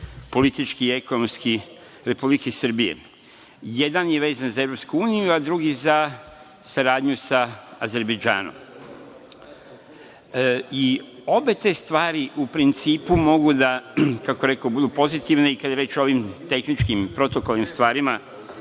politički i ekonomski Republike Srbije. Jedan je vezan za EU, a drugi za saradnju sa Azerbejdžanom. Obe te stvari u principu mogu, kako rekoh, da budu pozitivni i kada je reč o ovim tehničkim protokolnim stvarima